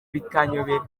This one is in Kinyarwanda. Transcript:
bikanyobera